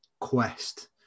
quest